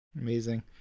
Amazing